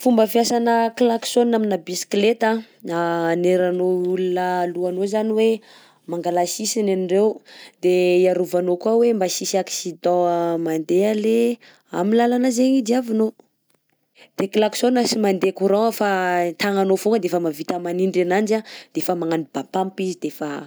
Fomba fiasana klaxon amina bisikleta aneranao olo alohanao zany hoe mangala sisiny andreo, de hiarovanao koà hoe mba tsisy accident mandeha le amin'ny lalana zegny diavinao, de klaxon tsy mandeha courant fa tagnanao fogna de efa mahavita manindry ananjy de efa magnano bapamp izy de efa.